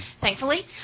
thankfully